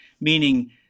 meaning